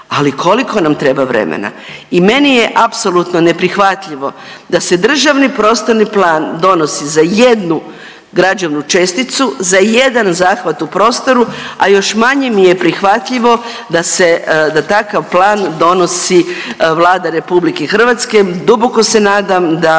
ali koliko nam treba vremena. I meni je apsolutno neprihvatljivo da se državni prostorni plan donosi za jednu građevnu česticu, za jedan zahvat u prostoru, a još manje mi je prihvatljivo da se, da takav plan donosi Vlada RH. Duboko se nadam da